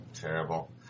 terrible